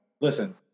listen